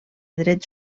drets